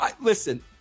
listen